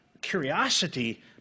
curiosity